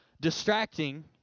distracting